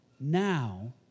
now